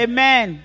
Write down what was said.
Amen